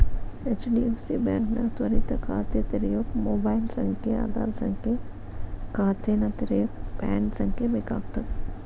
HDFC ಬಾಂಕ್ನ್ಯಾಗ ತ್ವರಿತ ಖಾತೆ ತೆರ್ಯೋಕ ಮೊಬೈಲ್ ಸಂಖ್ಯೆ ಆಧಾರ್ ಸಂಖ್ಯೆ ಖಾತೆನ ತೆರೆಯಕ ಪ್ಯಾನ್ ಸಂಖ್ಯೆ ಬೇಕಾಗ್ತದ